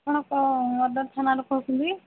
ଆପଣ ସଦର ଥାନାରୁ କହୁଛନ୍ତି